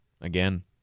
Again